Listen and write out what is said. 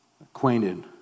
Acquainted